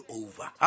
over